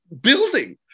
building